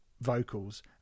vocals